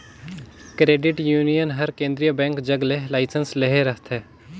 credit union हर केंद्रीय bank जग ले लाइसेंस लेहे रहथे